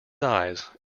eyes